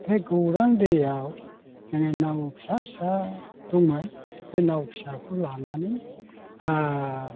बे गौरां दैयाव जोङो नाव फिसा फिसा दंमोन बे नाव फिसाखौ लानानै